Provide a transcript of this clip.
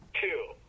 two